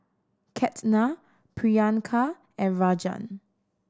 Ketna Priyanka and Rajan